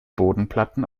bodenplatten